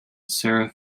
sarah